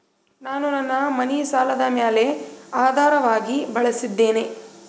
ನಾನು ನನ್ನ ಮನಿ ಸಾಲದ ಮ್ಯಾಲ ಆಧಾರವಾಗಿ ಬಳಸಿದ್ದೇನೆ